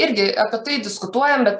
irgi apie tai diskutuojam bet